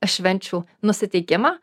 švenčių nusiteikimą